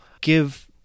give